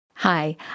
Hi